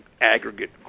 aggregate